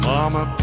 Mama